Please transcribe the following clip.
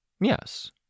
Yes